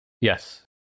Yes